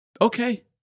Okay